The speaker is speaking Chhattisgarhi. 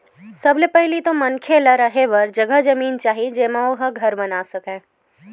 सबले पहिली तो मनखे ल रेहे बर जघा जमीन चाही जेमा ओ ह घर बना सकय